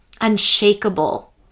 unshakable